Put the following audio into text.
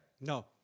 No